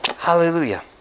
Hallelujah